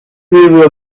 will